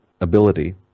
ability